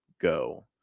go